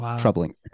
troubling